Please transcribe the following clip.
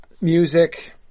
music